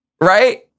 right